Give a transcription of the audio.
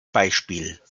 beispiel